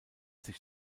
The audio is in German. sich